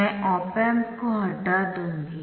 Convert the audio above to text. मैं op amp को हटा दूंगी